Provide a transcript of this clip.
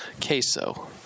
queso